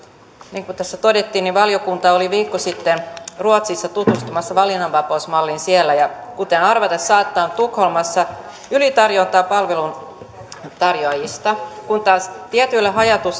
niin kuin tässä todettiin valiokunta oli viikko sitten ruotsissa tutustumassa valinnanvapausmalliin ja kuten arvata saattaa tukholmassa on ylitarjontaa palveluntarjoajista kun taas tietyillä haja